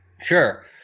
Sure